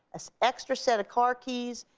an extra set of car keys.